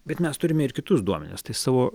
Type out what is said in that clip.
bet mes turime ir kitus duomenis savo